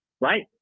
right